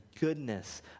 goodness